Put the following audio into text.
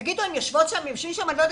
תגידו, האם הם יושבים שם בללנד?